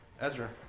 Ezra